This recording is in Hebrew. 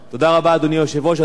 אדוני היושב-ראש, אדוני השר,